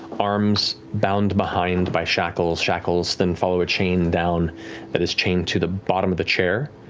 arms bound behind by shackles, shackles then follow a chain down that is chained to the bottom of the chair.